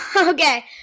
Okay